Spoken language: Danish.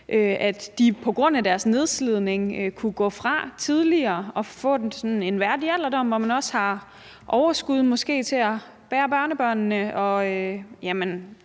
at de på grund af nedslidning kunne gå fra tidligere og få en værdig alderdom, hvor man måske også har overskud til at bære børnebørnene og leve